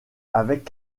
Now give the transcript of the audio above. avec